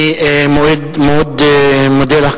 אני מאוד מודה לך,